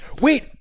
Wait